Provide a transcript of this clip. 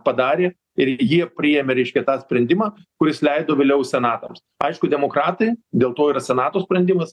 padarė ir jie priėmė reiškia tą sprendimą kuris leido vėliau senatams aišku demokratai dėl to yra senato sprendimas